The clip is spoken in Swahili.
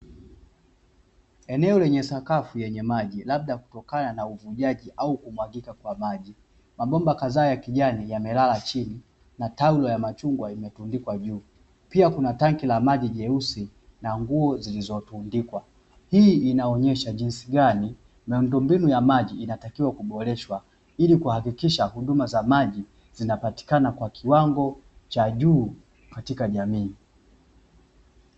Eneo lenye sakafu yenye maji labda kutokana na uvujaji au kumwagika kwa maji. Mabomba kadhaa ya kijani yamelala chini na taulo ya machungwa imetundikwa juu. Pia kuna tanki la maji jeusi na nguo zilizotundikwa. Hii inaonyesha jinsi gani miundombinu ya maji inatakiwa kuboreshwa, ili kuhakikisha huduma za maji zinapatikana kwa kiwango cha juu katika jamii.